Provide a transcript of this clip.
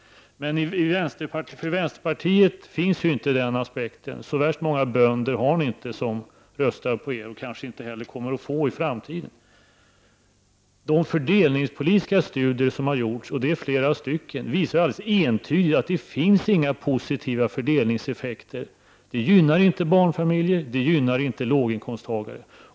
Men för vänsterpartiet finns ju inte den aspekten. Ni har inte så värst många bönder som röstar på er, och det kommer ni kanske inte heller att få i framtiden. De fördelningspolitiska studier som har gjorts — och det är flera — visar alldeles entydigt att det inte finns några positiva fördelningseffekter. Förslaget gynnar inte barnfamiljer, och det gynnar inte låginkomsttagare.